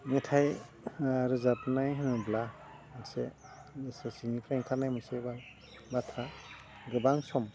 मेथाइ रोजाबनाय होनोब्ला मोनसे सासेनिफ्राय ओंखारनाय मोनसे बाथ्रा गोबां सम